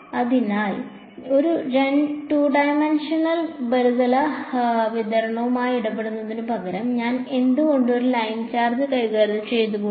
അതിനാൽ ഒരു 2 ഡൈമൻഷണൽ ഉപരിതല വിതരണവുമായി ഇടപെടുന്നതിനുപകരം ഞാൻ എന്തുകൊണ്ട് ഒരു ലൈൻ ചാർജ് കൈകാര്യം ചെയ്തുകൂടാ